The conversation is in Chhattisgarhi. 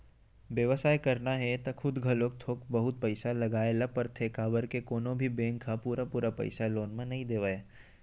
बेवसाय करना हे त खुद घलोक थोक बहुत पइसा लगाए ल परथे काबर के कोनो भी बेंक ह पुरा पुरा पइसा लोन म नइ देवय